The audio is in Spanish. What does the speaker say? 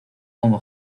como